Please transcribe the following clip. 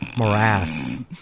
morass